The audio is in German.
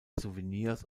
souvenirs